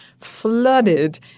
flooded